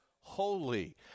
holy